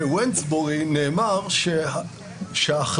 וקולו של הרוב היה זה שהביא את